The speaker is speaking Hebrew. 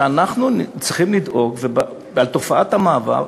כי אנחנו צריכים לדאוג לתקופת המעבר,